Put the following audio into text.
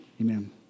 Amen